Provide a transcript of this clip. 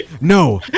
no